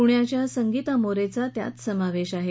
पुण्याच्या संगीता मोरे चा त्यात समावेश आहे